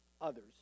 others